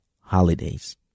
holidays